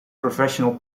professional